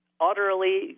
Utterly